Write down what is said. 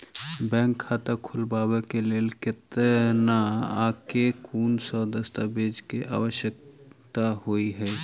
Bank खाता खोलबाबै केँ लेल केतना आ केँ कुन सा दस्तावेज केँ आवश्यकता होइ है?